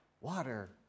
water